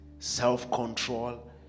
self-control